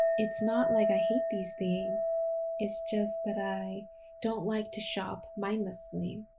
it's not like i hate these things it's just that i don't like to shop mindlessly.